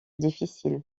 difficile